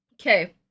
Okay